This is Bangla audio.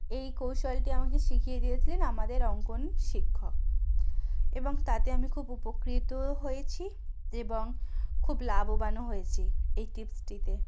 এই কৌশলটি আমাকে শিখিয়ে দিয়েছিলেন আমাদের অঙ্কন শিক্ষক এবং তাতে আমি খুব উপকৃতও হয়েছি এবং খুব লাভবানও হয়েছি এই টিপসটিতে